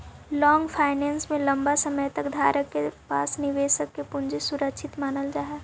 long finance में लंबा समय तक धारक के पास निवेशक के पूंजी सुरक्षित मानल जा हई